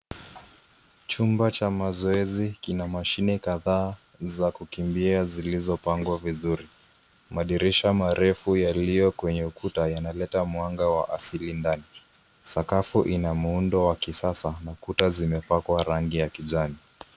Chumba cha mazoezi kina mashine kadhaa za kukimbia zilizopangwa vizuri. Madirisha marefu yaliyo kwenye ukuta yanaleta mwanga wa asili ndani. Sakafu ina muundo wa kisasa na kuta zimepakwa rangi ya kijani.